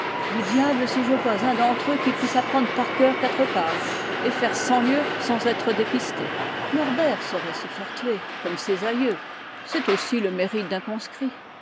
du diable si je vois un d'entre eux qui puisse apprendre par coeur quatre pages et faire cent lieues sans être dépisté norbert saurait se faire tuer comme ses aïeux c'est aussi le mérite